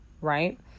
right